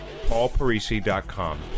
paulparisi.com